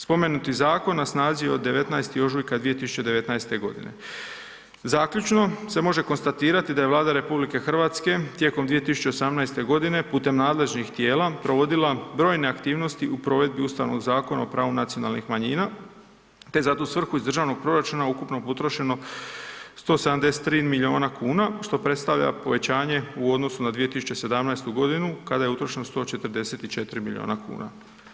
Spomenuti zakon na snazi je od 19. ožujka 2019. g. Zaključno se može konstatirati da je Vlada RH tijekom 2018. g. putem nadležnih tijela provodila brojne aktivnosti u provedbi Ustavnog zakona o pravu nacionalnih manjina te je za tu svrhu iz državnog proračuna ukupno potrošeno 173 milijuna kuna, što predstavljaj povećanje u odnosu na 2017. g. kada je utrošeno 144 milijuna kuna.